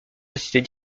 d’assister